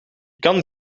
kan